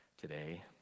today